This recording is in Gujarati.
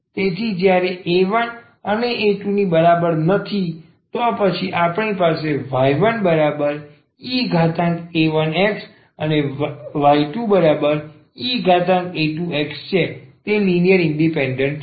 તેથી જ્યારે 1અને 2ની બરાબર નથી તો પછી આપણી પાસે તે y1e1x અને y2e2x છે તે લિનિયર ઇન્ડિપેન્ડન્ટ છે